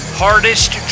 hardest